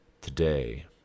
Today